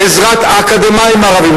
בעזרת אקדמאים ערבים,